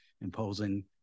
imposing